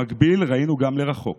במקביל, ראינו גם למרחוק